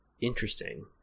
Interesting